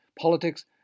politics